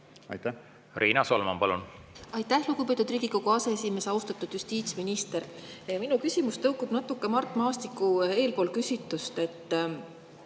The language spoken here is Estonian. palun! Riina Solman, palun! Aitäh, lugupeetud Riigikogu aseesimees! Austatud justiitsminister! Minu küsimus tõukub natuke Mart Maastiku küsitust.